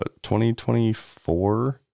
2024